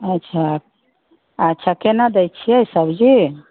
अच्छा अच्छा केना दय छियै सब्जी